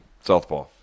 Southpaw